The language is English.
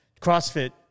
CrossFit